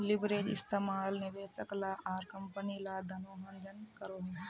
leverage इस्तेमाल निवेशक ला आर कम्पनी ला दनोह जन करोहो